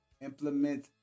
implement